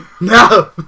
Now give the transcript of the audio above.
No